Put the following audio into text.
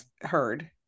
heard